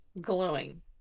glowing